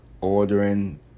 ordering